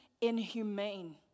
inhumane